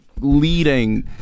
leading